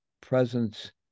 presence